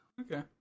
Okay